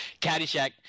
Caddyshack